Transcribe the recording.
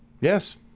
Yes